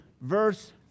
verse